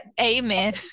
amen